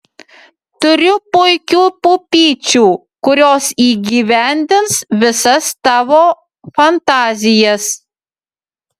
turiu puikių pupyčių kurios įgyvendins visas tavo fantazijas